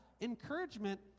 Encouragement